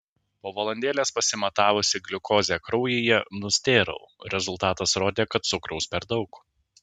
po valandėlės pasimatavusi gliukozę kraujyje nustėrau rezultatas rodė kad cukraus per daug